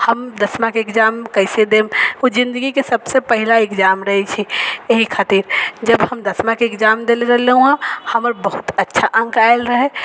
हम दसमा के एग्जाम कैसे देब ओ जिंदगी के सबसे पहिला एग्जाम रहै छै एहि खातिर जब हम दसमा के एग्जाम देले रहलहुॅं हमर बहुत अच्छा अंक आयल रहय